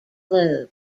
club